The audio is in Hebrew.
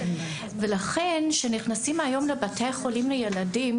ולכן כשנכנסים היום לבתי חולים לילדים,